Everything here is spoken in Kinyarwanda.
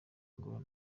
ngo